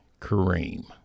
Kareem